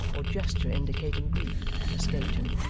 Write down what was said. or gesture indicating grief, escaped him.